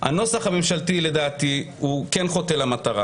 הנוסח הממשלתי לדעתי חוטא למטרה.